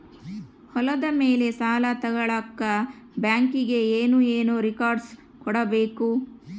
ಹೊಲದ ಮೇಲೆ ಸಾಲ ತಗಳಕ ಬ್ಯಾಂಕಿಗೆ ಏನು ಏನು ರೆಕಾರ್ಡ್ಸ್ ಕೊಡಬೇಕು?